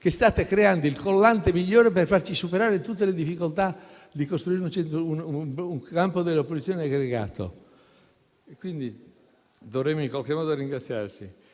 state creando il collante migliore per farci superare tutte le difficoltà di costruire un campo delle opposizioni aggregato. Dovremmo quindi, in qualche modo, ringraziarvi.